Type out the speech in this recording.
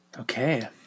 okay